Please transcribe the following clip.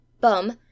Bum